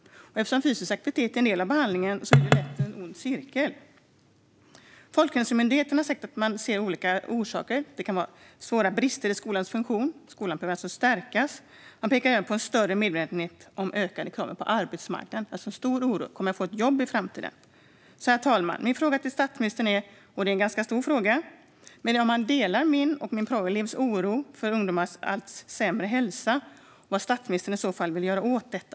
Eftersom fysisk aktivitet är en del av behandlingen blir det en ond cirkel. Folkhälsomyndigheten har sagt att man ser olika orsaker. Det kan vara svåra brister i skolans funktion. Skolan behöver alltså stärkas. De pekar även på en större medvetenhet om de ökade kraven på arbetsmarknaden. De unga har alltså en stor oro för om de kommer att få ett jobb i framtiden. Herr talman! Min fråga till statsministern är, och det är en ganska stor fråga, om han delar min och min praoelevs oro för ungdomars allt sämre hälsa och vad statsministern i så fall vill göra åt detta.